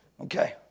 Okay